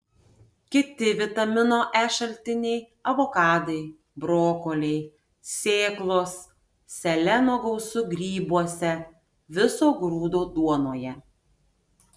kiti vitamino e šaltiniai avokadai brokoliai sėklos seleno gausu grybuose viso grūdo duonoje